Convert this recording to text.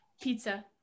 Pizza